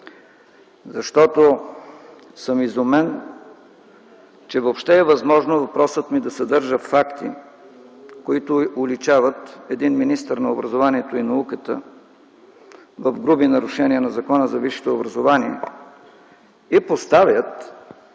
защото съм изумен, че въобще е възможно въпросът ми да съдържа факти, които уличават един министър на образоването и науката в груби нарушения на Закона за висшето образование и поставят